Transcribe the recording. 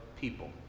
people